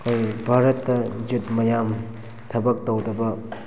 ꯑꯩꯈꯣꯏ ꯚꯥꯔꯠꯇ ꯌꯨꯠ ꯃꯌꯥꯝ ꯊꯕꯛ ꯇꯧꯗꯕ